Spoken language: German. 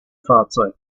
fahrzeug